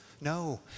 No